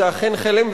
זה אכן חלם,